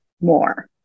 more